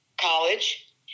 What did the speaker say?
college